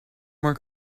more